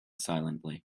silently